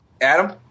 Adam